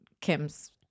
Kim's